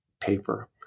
paper